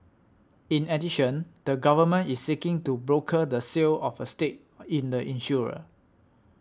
in addition the government is seeking to broker the sale of a stake in the insurer